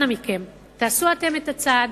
אנא מכם, תעשו אתם את הצעד.